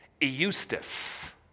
Eustace